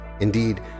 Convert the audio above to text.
Indeed